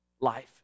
life